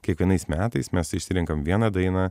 kiekvienais metais mes išsirenkam vieną dainą